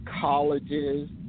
colleges